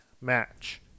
match